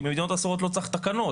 כי ממדינות אסורות לא צריך תקנות,